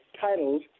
titles